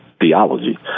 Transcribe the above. theology